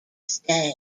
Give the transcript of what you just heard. stay